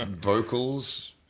vocals